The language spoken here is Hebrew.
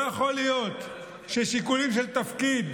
לא יכול להיות ששיקולים של תפקיד,